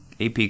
AP